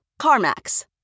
CarMax